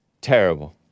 Terrible